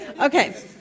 Okay